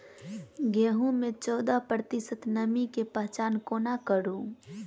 गेंहूँ मे चौदह प्रतिशत नमी केँ पहचान कोना करू?